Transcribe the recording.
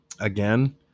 again